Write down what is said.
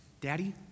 Daddy